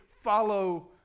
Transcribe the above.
follow